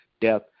death